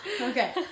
okay